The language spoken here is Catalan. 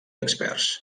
experts